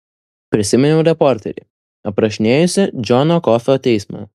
prisiminiau reporterį aprašinėjusį džono kofio teismą